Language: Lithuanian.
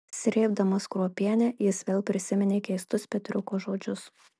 srėbdamas kruopienę jis vėl prisiminė keistus petriuko žodžius